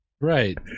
Right